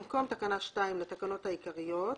במקום תקנה 2 לתקנות העיקריות